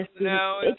no